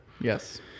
Yes